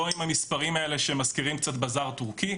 לא עם המספרים האלה שמזכירים קצת בזאר טורקי.